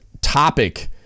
topic